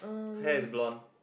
hair is blonde